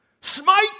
Smite